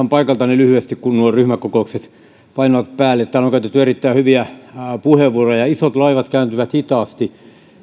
paikaltani lyhyesti kun nuo ryhmäkokoukset painavat päälle täällä on käytetty erittäin hyviä puheenvuoroja isot laivat kääntyvät hitaasti